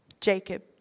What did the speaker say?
Jacob